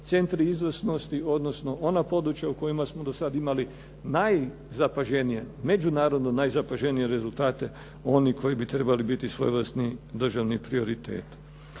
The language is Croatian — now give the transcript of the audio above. centri izvrsnosti, odnosno ona područja u kojima smo do sad imali najzapaženije, međunarodno najzapaženije rezultate, oni koji bi trebali biti svojevrsni državni prioritet.